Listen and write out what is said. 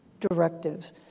directives